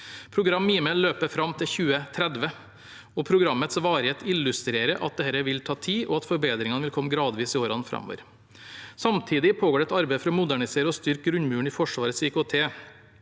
Programmet Mime løper fram til 2030. Programmets varighet illustrerer at dette vil ta tid, og at forbedringene vil komme gradvis i årene framover. Samtidig pågår det et arbeid for å modernisere og styrke grunnmuren i Forsvarets IKT